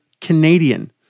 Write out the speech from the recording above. Canadian